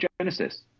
Genesis